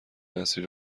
نسلی